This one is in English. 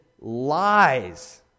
lies